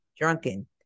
drunken